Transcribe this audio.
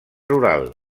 rural